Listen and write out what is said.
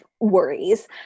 worries